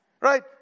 right